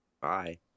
bye